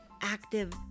active